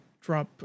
drop